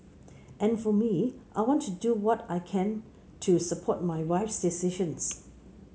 and for me I want to do what I can to support my wife's decisions